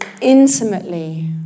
intimately